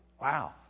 Wow